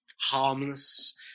harmless